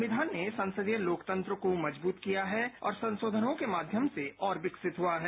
संविधान ने संसदीय लोकतंत्र को मजबूत किया है और संशोधनों के माध्यम से और विकसित हुआ है